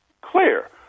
clear